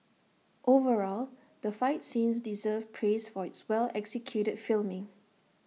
overall the fight scenes deserve praise for its well executed filming